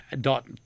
dot